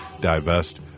divest